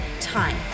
time